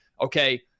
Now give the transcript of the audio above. okay